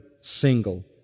single